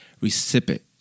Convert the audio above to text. recipient